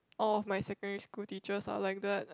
all my secondary school teachers are like that